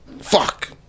fuck